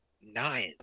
nine